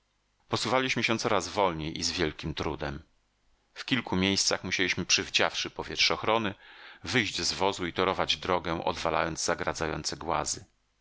posuwaliśmy się coraz wolniej i z wielkim trudem w kilku miejscach musieliśmy przywdziawszy powietrzochrony wyjść z wozu i torować drogę odwalając zagradzające głazy